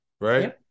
right